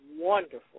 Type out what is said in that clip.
wonderful